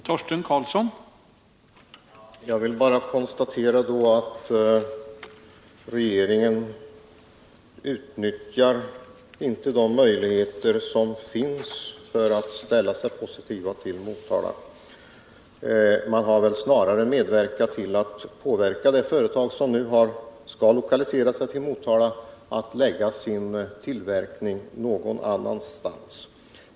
Herr talman! Jag vill bara konstatera att regeringen inte utnyttjar de möjligheter som finns för att ställa sig positiv till Motala. Man har väl snarare sökt påverka det företag som nu skall lokalisera tillverkning till Motala att förlägga denna någon annanstans.